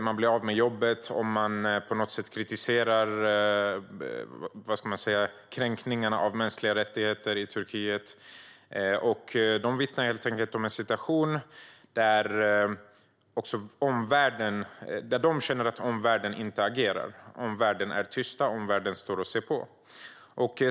Man blir av med jobbet om man på något sätt kritiserar kränkningarna av mänskliga rättigheter i Turkiet. De vittnar helt enkelt om en situation som de känner att omvärlden inte agerar mot. Omvärlden är tyst och står och ser på.